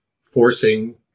forcing